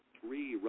Three